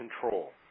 control